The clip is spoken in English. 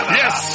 yes